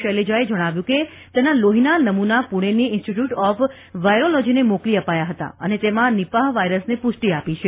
શૈલજાએ જણાવ્યું કે તેના લોહીના નમૂના પૂણેની ઇન્સ્ટીટયુટ ઓફ વાયરોલોજીને મોકલી અપાયા હતા અને તેમાં નિપાહ વાયરસને ્રષ્ટી આપી છે